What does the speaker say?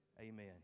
Amen